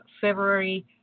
February